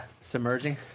Submerging